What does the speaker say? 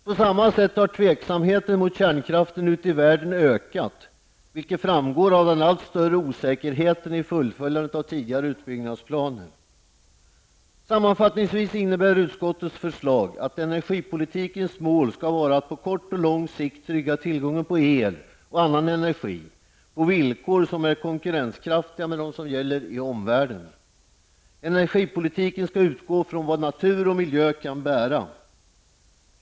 På samma sätt har tveksamheten mot kärnkraften ute i världen ökat, vilket framgår av den allt större osäkerheten i fullföljandet av tidigare utbyggnadsplaner. Sammanfattningsvis innebär utskottets förslag att energipolitikens mål skall vara att på kort och lång sikt trygga tillgången på el och annan energi på villkor som är konkurrenskraftiga med dem som gäller i omvärlden. Energipolitiken skall utgå från vad natur och miljö kan bära.